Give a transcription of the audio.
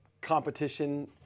competition